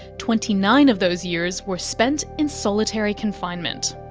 twenty nine of those years were spent in solitary confinement.